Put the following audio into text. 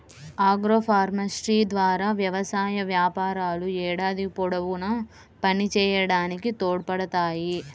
agroforestry ద్వారా వ్యవసాయ వ్యాపారాలు ఏడాది పొడవునా పనిచేయడానికి తోడ్పడతాయి